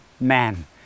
man